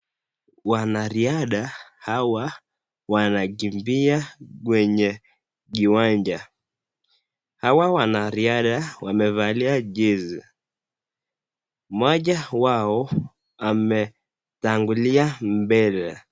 Wanariadha hawa wanakimbia kwenye kiwanja, hawa wanariadha wamevalia jezi moja wao ametangulia mbele.